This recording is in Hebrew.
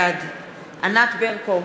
בעד ענת ברקו,